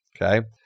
Okay